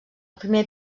primer